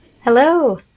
Hello